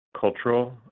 cultural